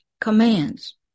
commands